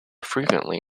frequently